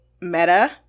meta